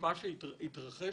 מה שהתרחש